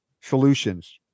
solutions